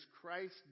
Christ